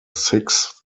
sixth